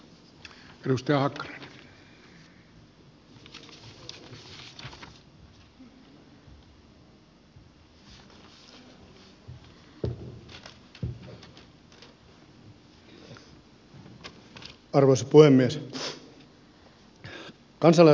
arvoisa puhemies